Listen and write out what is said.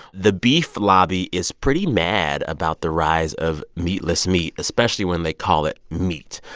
the beef lobby is pretty mad about the rise of meatless meat, especially when they call it meat.